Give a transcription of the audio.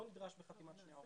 לא נדרשת חתימת שני ההורים.